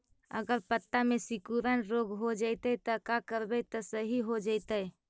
अगर पत्ता में सिकुड़न रोग हो जैतै त का करबै त सहि हो जैतै?